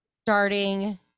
starting